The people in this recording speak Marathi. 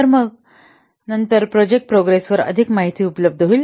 तर मग नंतर प्रोजेक्ट प्रोग्रेस वर अधिक माहिती उपलब्ध होईल